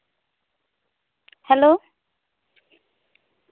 hello